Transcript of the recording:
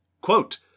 quote